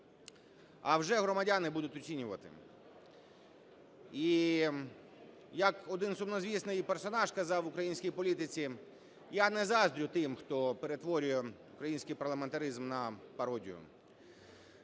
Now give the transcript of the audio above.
а вже громадяни будуть оцінювати. І як один сумнозвісний персонаж казав в українській політиці, я не заздрю тим, хто перетворює український парламентаризм на пародію.